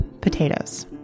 potatoes